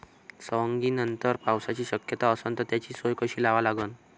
सवंगनीनंतर पावसाची शक्यता असन त त्याची सोय कशी लावा लागन?